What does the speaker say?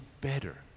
better